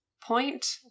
point